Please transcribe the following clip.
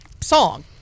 song